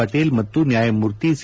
ಪಟೇಲ್ ಮತ್ತು ನ್ಯಾಯಮೂರ್ತಿ ಸಿ